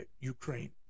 Ukraine